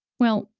well,